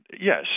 Yes